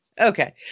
Okay